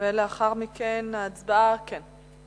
ולאחר מכן הצבעה, כן.